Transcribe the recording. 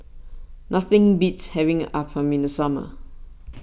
nothing beats having Appam in the summer